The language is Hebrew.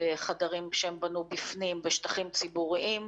בחדרים שהם בנו בפנים בשטחים ציבוריים,